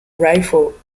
rifle